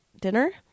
dinner